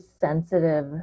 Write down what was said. sensitive